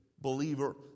believer